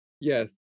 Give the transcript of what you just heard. Yes